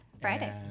Friday